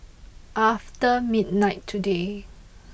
after midnight today